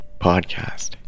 Podcast